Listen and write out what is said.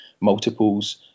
multiples